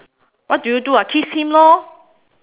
what do you do ah kiss him lor